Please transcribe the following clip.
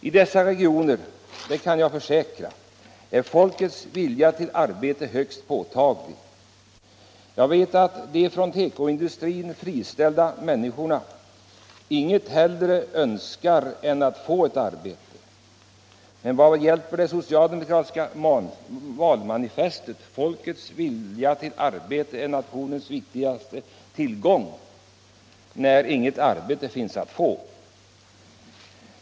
I dessa regioner — det kan jag försäkra — är folkets vilja till arbete högst påtaglig, jag vet att de från tekoindustrin friställda människorna inget hellre önskar än att få ett arbete. Men vad hjälper det socialdemokratiska valmanifestet ”att folkets vilja till arbete är nationens viktigaste tillgång” när inget arbete finns att få?